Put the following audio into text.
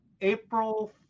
April